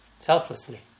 Selflessly